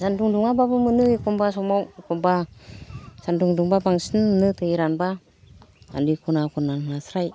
सान्दुं दुङाबाबो मोनो एखनबा समाव एखनबा सान्दुं दुंबा बांसिन मोनो दै रानबा आलि खना खना नास्राय